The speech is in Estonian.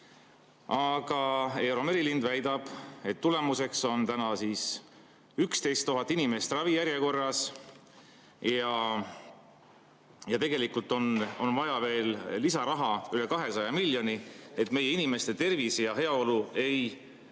Aga Eero Merilind väidab, et tulemuseks on praegu 11 000 inimest ravijärjekorras. Tegelikult on vaja lisaraha üle 200 miljoni, et meie inimeste tervis ja heaolu ei